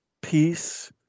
peace